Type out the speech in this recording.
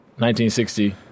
1960